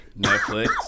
Netflix